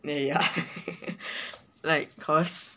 ya like cause